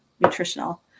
nutritional